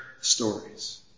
stories